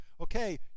okay